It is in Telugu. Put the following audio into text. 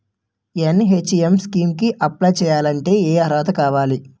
ఎన్.హెచ్.ఎం స్కీమ్ కి అప్లై చేయాలి అంటే ఏ అర్హత కావాలి?